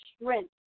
strength